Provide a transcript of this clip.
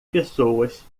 pessoas